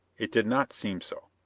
it did not seem so.